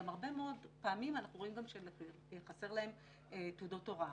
גם הרבה מאוד פעמים אנחנו רואים שחסר להם תעודות הוראה.